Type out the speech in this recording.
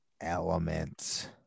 element